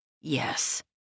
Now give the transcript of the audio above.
Yes